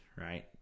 Right